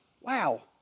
Wow